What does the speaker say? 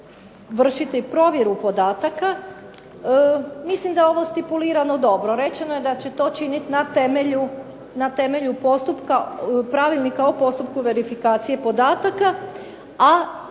vršiti provjeru podataka mislim da je ovo stipulirano dobro. Rečeno je da će to činiti na temelju Pravilnika o postupku verifikacije podataka, a